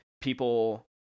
people